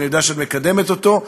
ואני יודע שאת מקדמת אותו,